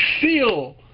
feel